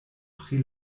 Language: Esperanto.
pri